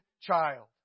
child